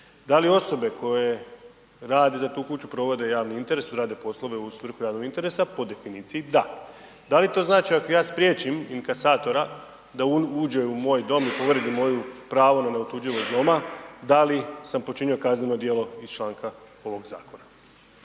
Da li osobe koje rade za tu kuću provode javni interes, rade poslove u svrhu javnog interesa? Po definiciji da. Da li to znači ako ja spriječim inkasatora da uđe u moj dom i povredi moju pravo na neotuđivost doma, da li sam počinio kazneno djelo iz članka ovog zakona?